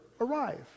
arrive